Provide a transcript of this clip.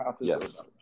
yes